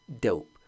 dope